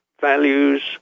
values